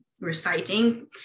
reciting